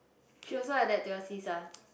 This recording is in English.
she also like that to your sis ah